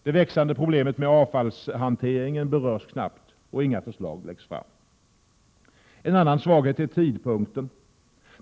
Det växande problemet med avfallshantering berörs knappt, och inga förslag läggs fram. En annan svaghet är tidpunkten för avlämnandet.